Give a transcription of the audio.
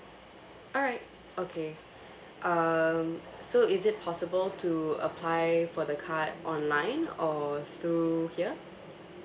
alright okay um so is it possible to apply for the card online or through here